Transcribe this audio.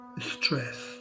stress